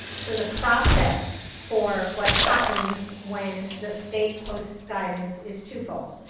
so the process for what happens when the state posts guidance is twofold.